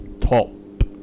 top